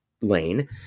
Lane